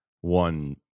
one